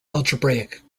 algebraic